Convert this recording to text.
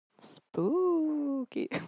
Spooky